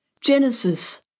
Genesis